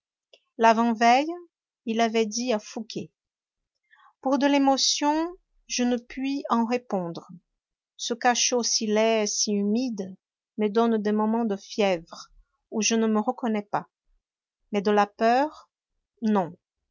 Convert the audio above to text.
l'avant-veille il avait dit à fouqué pour de l'émotion je ne puis en répondre ce cachot si laid si humide me donne des moments de fièvre où je ne me reconnais pas mais de la peur non